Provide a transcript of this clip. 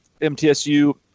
MTSU